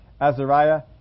Azariah